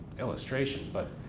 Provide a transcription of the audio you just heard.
illustration, but